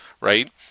right